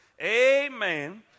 Amen